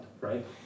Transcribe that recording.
right